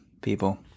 people